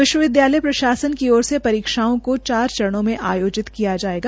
विश्वविद्यालय प्रशासन की ओर से परीक्षाओं के चार चरणों में आयोजित किया जायेगा